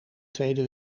tweede